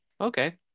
okay